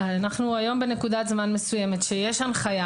אנחנו היום בנקודת זמן מסוימת כשיש הנחיה